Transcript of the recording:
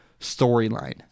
storyline